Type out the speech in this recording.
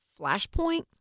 Flashpoint